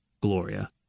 Gloria